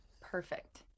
Perfect